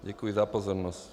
Děkuji za pozornost.